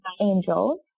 angels